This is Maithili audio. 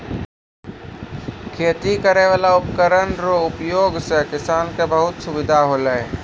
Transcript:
खेती करै वाला उपकरण रो उपयोग से किसान के बहुत सुबिधा होलै